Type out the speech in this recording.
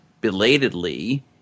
belatedly